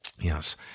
Yes